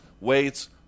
weights